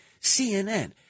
CNN